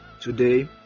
today